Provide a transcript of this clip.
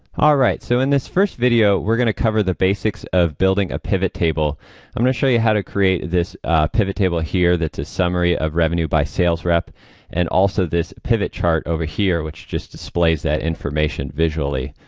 alright, so in this first video. we're going to cover the basics of building a pivot table i'm going to show you how to create this pivot table here that's a summary of revenue by sales rep and also this pivot chart over here which just displays that information visually?